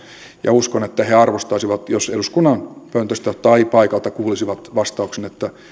ja uskon että he arvostaisivat jos eduskunnan pöntöstä tai paikalta kuulisivat vastauksen